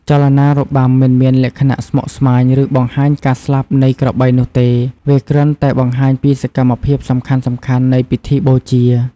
ចលនារបាំមិនមានលក្ខណៈស្មុគស្មាញ ឬបង្ហាញការស្លាប់នៃសត្វក្របីនោះទេ វាក្រាន់តែបង្ហាញពីសកម្មភាពសំខាន់ៗនៃពិធីបូជា។